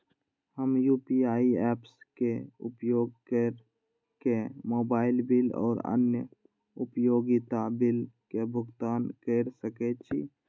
हम UPI apps के उपयोग केर के मोबाइल बिल और अन्य उपयोगिता बिल के भुगतान केर सके छी